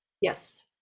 yes